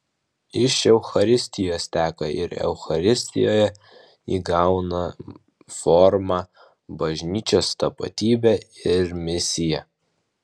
iš eucharistijos teka ir eucharistijoje įgauna formą bažnyčios tapatybė ir misija